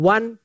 One